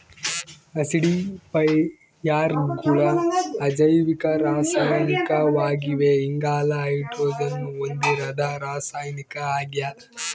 ಆಸಿಡಿಫೈಯರ್ಗಳು ಅಜೈವಿಕ ರಾಸಾಯನಿಕಗಳಾಗಿವೆ ಇಂಗಾಲ ಹೈಡ್ರೋಜನ್ ಹೊಂದಿರದ ರಾಸಾಯನಿಕ ಆಗ್ಯದ